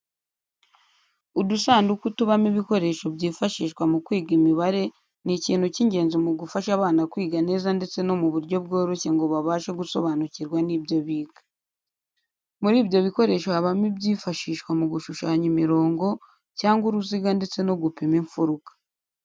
Udusanduku tubamo ibikoresho byifashishwa mu kwiga imibare ni ikintu cy'ingenzi mu gufasha abana kwiga neza ndetse mu buryo bworoshye ngo babashe gusobanukirwa n'ibyo biga. Muri ibyo bikoresho habamo ibyifashishwa mu gushushanya imirongo cyangwa uruziga ndetse no gupima imfuruka.